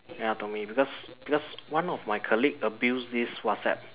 ya to me because because one of my colleague abuse this WhatsApp